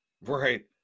right